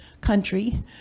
country